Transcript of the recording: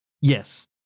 yes